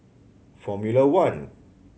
Formula One